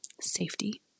safety